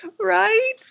right